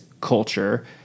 culture